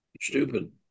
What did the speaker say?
stupid